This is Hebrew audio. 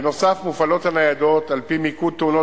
בנוסף מופעלות הניידות על-פי מיקוד תאונות